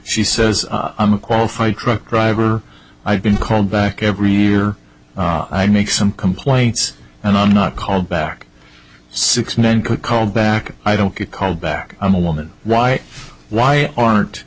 she says i'm a qualified truck driver i've been called back every year i make some complaints and i'm not called back six nine could call back i don't get called back i'm a woman why why aren't